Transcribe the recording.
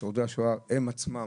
שורדי השואה הם עצמם,